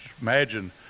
imagine